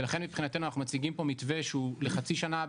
ולכן מבחינתנו אנחנו מציגים פה מתווה שהוא לחצי שנה,